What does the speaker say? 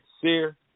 Seer